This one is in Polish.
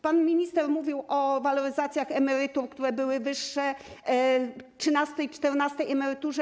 Pan minister mówił o waloryzacjach emerytur, które były wyższe, o trzynastej, czternastej emeryturze.